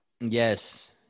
yes